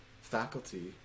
faculty